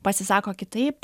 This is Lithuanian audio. pasisako kitaip